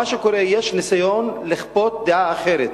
מה שקורה הוא שיש ניסיון לכפות דעה אחרת